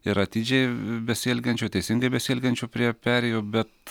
ir atidžiai besielgiančių teisingai besielgiančių prie perėjų bet